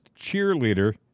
cheerleader